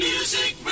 Music